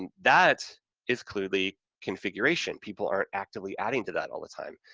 and that is clearly configuration, people aren't actively adding to that all the time.